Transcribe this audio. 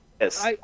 Yes